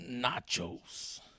nachos